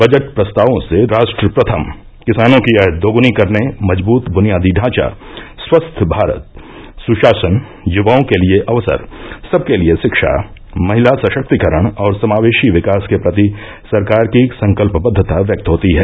वजट प्रस्तावों से राष्ट्र प्रथम किसानों की आय दोगुनी करने मजबूत बुनियादी ढांचा स्वस्थ भारत सुशासन युवाओं के लिए अवसर सबके लिए शिक्षा महिला सशक्तिकरण और समावेशी विकास के प्रति सरकार की संकल्पबद्दता व्यक्त होती है